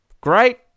great